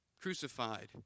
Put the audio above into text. crucified